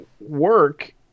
work